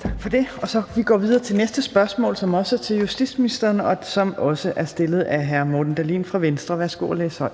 Kl. 15:23 Fjerde næstformand (Trine Torp): Tak for det. Vi går videre til næste spørgsmål, som også er til justitsministeren, og som også er stillet af hr. Morten Dahlin fra Venstre. Kl. 15:23 Spm.